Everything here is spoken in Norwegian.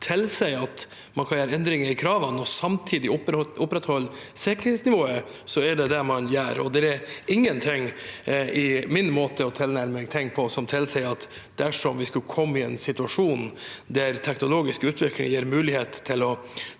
tilsier at man kan gjøre endringer i kravene og samtidig opprettholde sikkerhetsnivået, er det det man gjør. Det er ingenting i min måte å tilnærme seg ting på som tilsier at dersom vi skulle komme i en situasjon der den teknologiske utviklingen gir mulighet til å